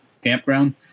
campground